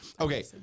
okay